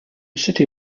city